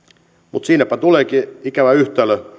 mutta siinäpä tuleekin ikävä yhtälö